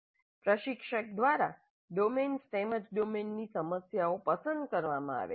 પ્રશિક્ષક દ્વારા ડોમેન્સ તેમજ ડોમેનની સમસ્યાઓ પસંદ કરવામાં આવે છે